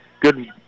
Good